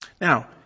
Now